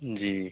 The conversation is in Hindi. जी